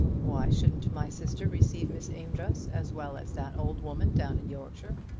why shouldn't my sister receive miss amedroz as well as that old woman down in yorkshire?